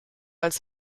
als